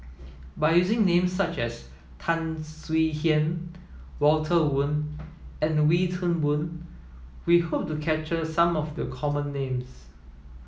by using names such as Tan Swie Hian Walter Woon and Wee Toon Boon we hope to capture some of the common names